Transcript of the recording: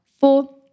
four